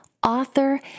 Author